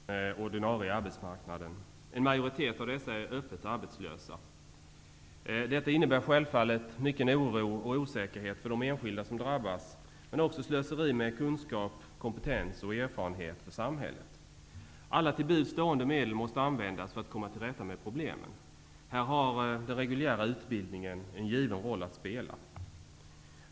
Herr talman! I dag står mer än 530 000 personer utanför den ordinarie arbetsmarknaden. En majoritet av dessa är öppet arbetslösa. Detta innebär självfallet mycken oro och osäkerhet för de enskilda som drabbas, men också slöseri med kunskap, kompetens och erfarenhet för samhället. Alla till buds stående medel måste användas för att komma till rätta med problemen. Här har den reguljära utbildningen en given roll att spela.